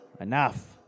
Enough